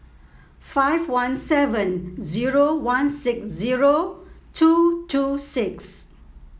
five one seven zero one six zero two two six